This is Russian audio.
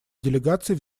делегаций